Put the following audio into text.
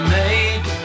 made